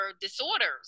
disorders